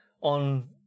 on